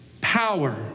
power